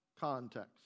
context